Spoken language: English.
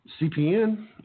CPN